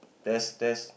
test test